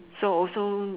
so also